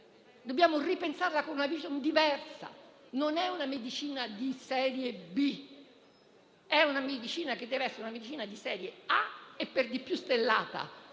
Dobbiamo ripensarla con una *vision* diversa. Non è una medicina di serie B. È una medicina che deve essere di serie A e, per di più, stellata,